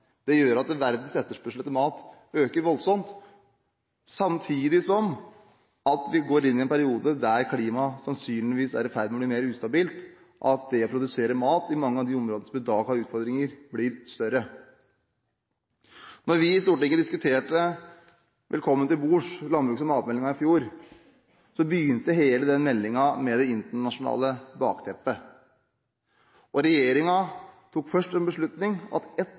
Det gjør at verdens etterspørsel etter mat øker voldsomt, samtidig som vi går inn i en periode der klimaet sannsynligvis er i ferd med å bli mer ustabilt, slik at det å produsere mat i mange av de områdene som i dag har utfordringer, blir vanskeligere. Landbruks- og matmeldingen, Velkommen til bords, som vi diskuterte i Stortinget i fjor, begynte med det internasjonale bakteppet. Regjeringen tok først en beslutning om at ett